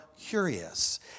curious